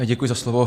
Děkuji za slovo.